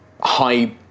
high